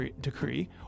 decree